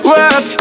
Work